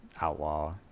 outlaw